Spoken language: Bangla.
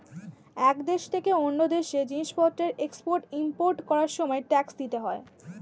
এক দেশ থেকে অন্য দেশে জিনিসপত্রের এক্সপোর্ট ইমপোর্ট করার সময় ট্যাক্স দিতে হয়